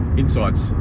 insights